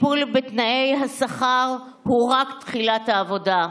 הטיפול בתנאי השכר הוא רק תחילת העבודה.